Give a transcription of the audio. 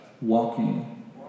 Walking